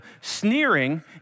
sneering